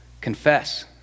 Confess